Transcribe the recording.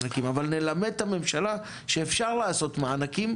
אבל נלמד את הממשלה שאפשר לעשות מענקים,